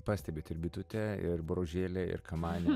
pastebit ir bitutę ir boružėlę ir kamanę